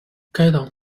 该党